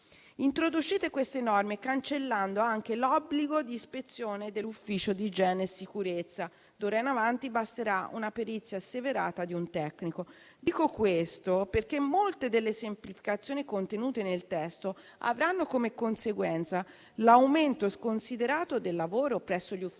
Introducete queste norme cancellando anche l'obbligo di ispezione dell'Ufficio di igiene e sicurezza; d'ora in avanti basterà una perizia asseverata di un tecnico. Dico questo perché molte delle semplificazioni contenute nel testo avranno come conseguenza l'aumento sconsiderato del lavoro presso gli uffici